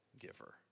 giver